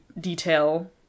detail